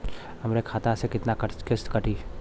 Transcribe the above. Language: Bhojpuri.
हमरे खाता से कितना किस्त कटी?